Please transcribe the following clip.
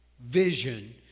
vision